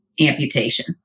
amputation